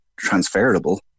transferable